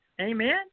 Amen